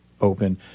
open